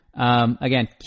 Again